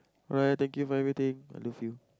alright thank you for everything I love you